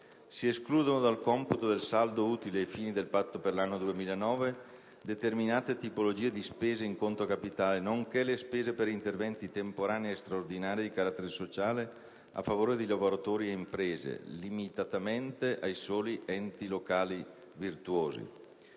Si escludono dal computo del saldo utile ai fini del Patto per l'anno 2009 determinate tipologie di spese in conto capitale, nonché le spese per interventi temporanei e straordinari di carattere sociale a favore di lavoratori e imprese (limitatamente ai soli enti locali virtuosi);